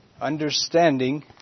understanding